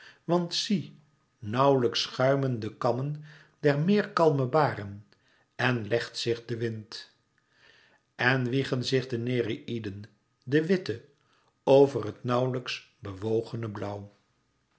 want zie nauwlijks schuimen de kammen der meerkalme baren en legt zich de wind en wiegen zich de nereïden de witte over het nauwlijks bewogene blauw